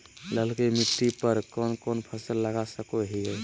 ललकी मिट्टी पर कोन कोन फसल लगा सकय हियय?